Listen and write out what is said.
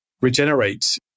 regenerate